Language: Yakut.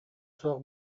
суох